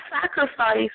sacrifice